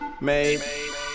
Made